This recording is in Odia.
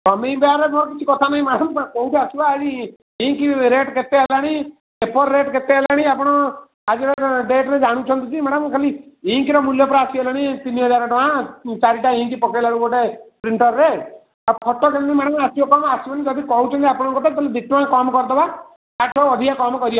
କମେଇବାରେ ମୋର କିଛି କଥା ନାହିଁ ମ୍ୟାଡ଼ାମ୍ କେଉଁଠୁ ଆସିବ ଇଙ୍କ୍ ରେଟ୍ କେତେ ହେଲାଣି ପେପର୍ ରେଟ୍ କେତେ ହେଲାଣି ଆପଣ ଆଜିର ଡେଟ୍ରେ ଜାଣୁଛନ୍ତି କି ମ୍ୟାଡ଼ାମ୍ ଖାଲି ଇଙ୍କ୍ର ମୂଲ୍ୟ ପରା ଆସିଗଲାଣି ତିନିହଜାର ଟଙ୍କା ଚାରିଟା ଇଙ୍କ୍ ପକେଇଲାବେଳକୁ ଗୋଟେ ପ୍ରିଣ୍ଟର୍ରେ ଆଉ ଫଟୋ କେମିତି ମ୍ୟାଡ଼ାମ୍ ଆସିବ କ'ଣ ଆସିବନି ଯଦି କହୁଛନ୍ତି ଆପଣଙ୍କ ପାଇଁ ଟଙ୍କା କମ କରିଦେବା ତା'ଠାରୁ ଅଧିକ କମ କରିହେବ ନାହିଁ